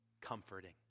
comforting